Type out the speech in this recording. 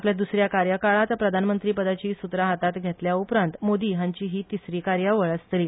आपल्या द्रस या कार्यकाळांत प्रधानमंत्री पदाची सुत्रा हातांत घेतल्या उपरांत मोदी हांची ही तीसरीं कार्यावळ आसतली